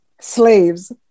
slaves